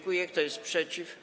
Kto jest przeciw?